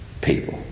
people